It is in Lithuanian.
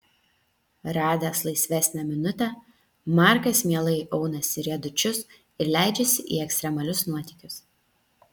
radęs laisvesnę minutę markas mielai aunasi riedučius ir leidžiasi į ekstremalius nuotykius